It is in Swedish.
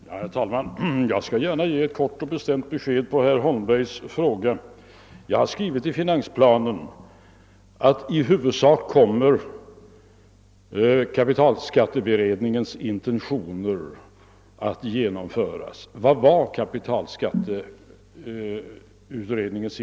Herr talman! Jag skall gärna ge ett kort och bestämt besked på herr Holmbergs fråga. I finansplanen har jag skrivit att kapitalskatteberedningens intentioner i huvudsak kommer att genomföras. Vilka var då dessa?